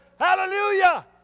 Hallelujah